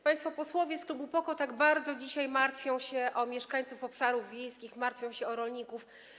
Państwo posłowie z klubu PO-KO tak bardzo dzisiaj martwią się o mieszkańców obszarów wiejskich, martwią się o rolników.